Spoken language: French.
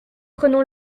prenons